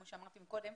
כמו שאמרתי קודם,